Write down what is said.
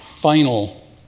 final